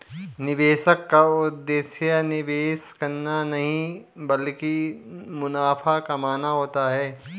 निवेशक का उद्देश्य निवेश करना नहीं ब्लकि मुनाफा कमाना होता है